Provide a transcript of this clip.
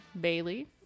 Bailey